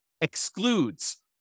excludes